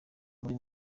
uri